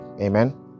Amen